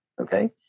Okay